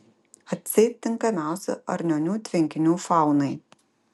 atseit tinkamiausi arnionių tvenkinių faunai